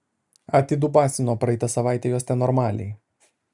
atidubasino praeitą savaitę juos ten normaliai